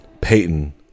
Peyton